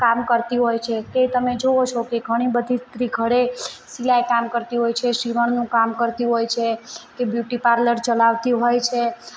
કામ કરતી હોય છે તે તમે જોવો છો કે ઘણી બધી સ્ત્રી ઘરે સિલાઈ કામ કરતી હોય છે સિવણનું કામ કરતી હોય છે કે બ્યુટી પાર્લર ચલાવતી હોય છે